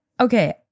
Okay